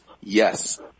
Yes